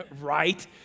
Right